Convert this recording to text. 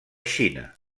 xina